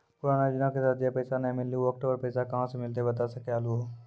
पुराना योजना के तहत जे पैसा नै मिलनी ऊ अक्टूबर पैसा कहां से मिलते बता सके आलू हो?